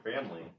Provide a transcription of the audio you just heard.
family